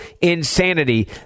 insanity